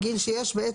אחרי פסקה (3) יבוא: "(4)